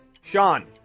Sean